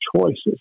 choices